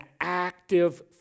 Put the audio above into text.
active